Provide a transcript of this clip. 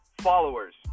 followers